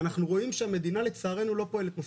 ואנחנו רואים שהמדינה לצערנו לא פועלת מספיק,